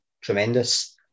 Tremendous